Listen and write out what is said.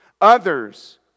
Others